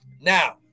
Now